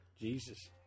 Jesus